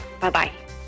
Bye-bye